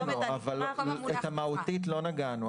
אבל מהותית לא נגענו.